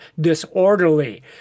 disorderly